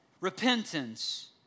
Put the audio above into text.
repentance